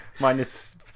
Minus